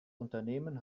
unternehmen